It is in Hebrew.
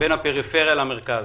בין הפריפריה למרכז.